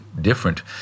different